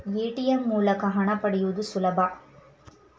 ATM ಮೂಲಕ ಹಣ ಪಡೆಯುವುದು ಸುಲಭ